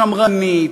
שמרנית,